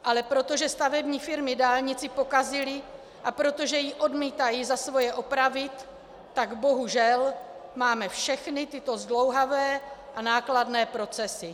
Ale protože stavební firmy dálnici pokazily a protože ji odmítají za svoje opravit, tak bohužel máme všechny tyto zdlouhavé a nákladné procesy.